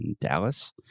Dallas